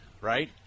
right